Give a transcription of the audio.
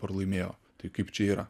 pralaimėjo tai kaip čia yra